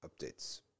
updates